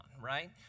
right